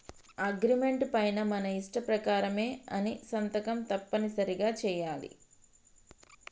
agreement పైన మన ఇష్ట ప్రకారమే అని సంతకం తప్పనిసరిగా చెయ్యాలి